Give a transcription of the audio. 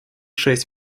шесть